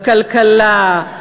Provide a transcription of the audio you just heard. בכלכלה,